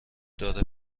داره